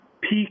peak